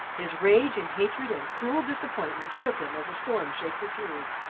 his rage and hatred and cruel disappointment shook him as a storm shakes a tree.